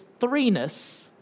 threeness